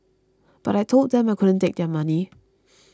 but I told them I couldn't take their money